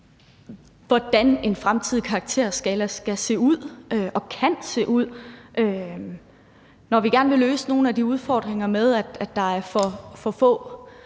hvordan en fremtidig karakterskala skal se ud og kan se ud, når nu vi gerne vil løse nogle af de udfordringer med, at der er for få